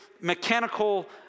mechanical